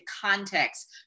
context